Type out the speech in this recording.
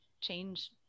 change